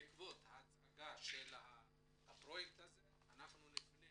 בעקבות הצגת הפרויקט, נפנה